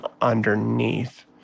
underneath